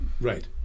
Right